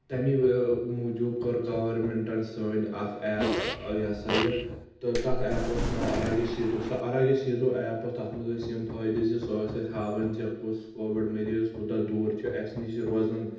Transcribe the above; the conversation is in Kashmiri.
تمہِ موٗجوٗب کوٚر گورمیٚنٛٹن سٲنۍ اکھ ایپ یہ ہسا یہ تہٕ تتھ ایپ اوس ناو آر آی گیس یتو سۄ آر آی گیس یتو ایپ ٲسۍ تتھ منٛز ٲسۍ یِم فٲیدٕ زِ سۄ ٲس اسہِ ہاوان زِ کُس کووِڈ مٔریض کوٗتاہ دور چھِ اسہِ نِش روزان